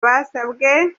basabwe